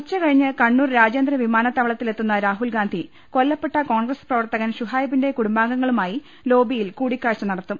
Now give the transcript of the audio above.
ഉച്ച കഴിഞ്ഞ് കണ്ണൂർ രാജ്യാന്തര വിമാനത്താവളത്തിലെ ത്തുന്ന രാഹുൽഗാന്ധി കൊല്ലപ്പെട്ട കോൺഗ്രസ് പ്രവർത്തകൻ ഷുഹൈബിന്റെ കുടുംബാംഗങ്ങളുമായി ലോബിയിൽ കൂടി ക്കാഴ്ച നടത്തും